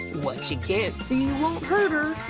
what she can't see won't hurt her!